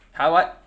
!huh! what